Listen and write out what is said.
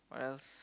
what else